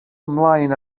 ymlaen